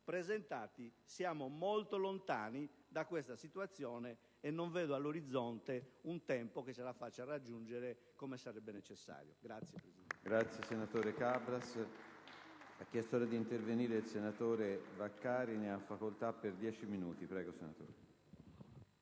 presentati, siamo molti lontani da questa situazione e non vedo all'orizzonte un tempo che ce la faccia raggiungere come sarebbe necessario.